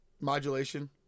Modulation